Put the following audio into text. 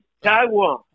Taiwan